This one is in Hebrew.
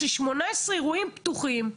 יש לי 18 אירועים פתוחים,